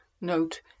Note